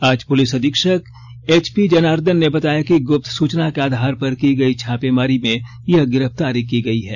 आज पुलिस अधीक्षक एचपी जनार्दन ने बताया कि गुप्त सूचना के आधार पर की गई छापेमारी में यह गिरफ़तारी की गयी है